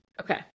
Okay